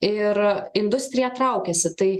ir industrija traukiasi tai